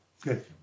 Good